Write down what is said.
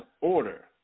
order